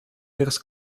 teraz